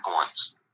points